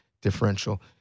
differential